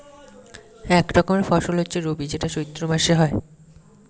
এক রকমের ফসল হচ্ছে রবি যেটা চৈত্র মাসে হয়